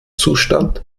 zustand